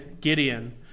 Gideon